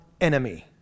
enemy